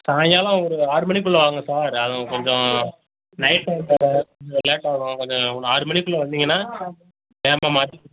சாய்ங்காலம் ஒரு ஆறு மணிக்குள்ள வாங்க சார் கொஞ்சம் நைட் டைம் வேற கொஞ்சம் லேட்டாகும் கொஞ்சம் ஆறு மணிக்குள்ளே வந்தீங்கன்னால்